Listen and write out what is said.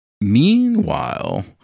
Meanwhile